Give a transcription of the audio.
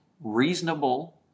reasonable